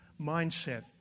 mindset